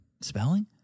spelling